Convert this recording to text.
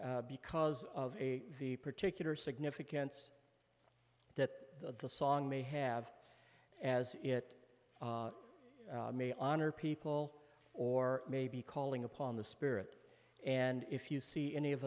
because of a particular significance that the song may have as it may honor people or may be calling upon the spirit and if you see any of